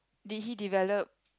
did he develop